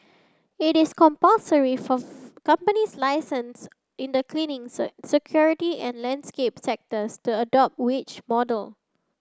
it is compulsory for companies licensed in the cleaning security and landscape sectors to adopt wage model